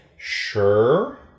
Sure